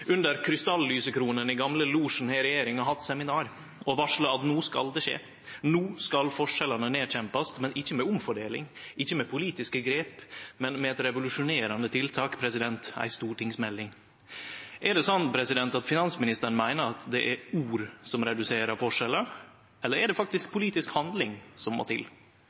regjeringa hatt seminar og varsla at no skal det skje; no skal forskjellane nedkjempast – ikkje med omfordeling, ikkje med politiske grep, men med eit revolusjonerande tiltak: ei stortingsmelding. Er det sånn at finansministeren meiner det er ord som reduserer forskjellar, eller er det faktisk politisk handling som må til?